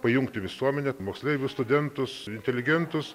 pajungti visuomenę moksleivius studentus inteligentus